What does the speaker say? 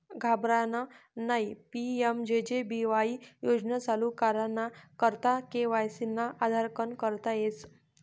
घाबरानं नयी PMJJ BY योजना चालू कराना करता के.वाय.सी ना आधारकन करता येस